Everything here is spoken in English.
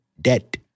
debt